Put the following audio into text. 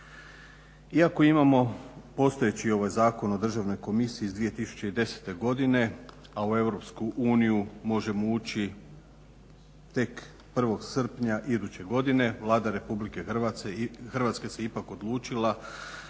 Iako imamo postojeći Zakon o Državnoj komisiji iz 2010. godine, a u Europsku uniju možemo ući tek 1. srpnja iduće godine, Vlada Republike Hrvatske se ipak odučila